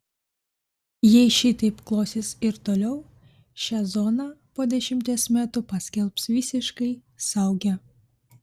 jei šitaip klosis ir toliau šią zoną po dešimties metų paskelbs visiškai saugia